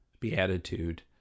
beatitude